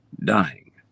dying